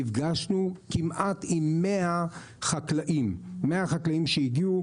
ונפגשנו עם כמעט 100 חקלאים שהגיעו.